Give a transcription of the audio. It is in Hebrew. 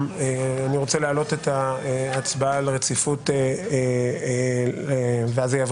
אני רוצה להעלות את ההצבעה על הרציפות ואז זה יעבור